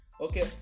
Okay